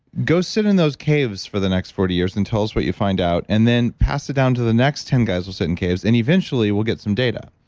go sit in those caves for the next forty years and tell us what you find out and then pass it down to the next ten guys who'll sit in caves, and eventually we'll get some data,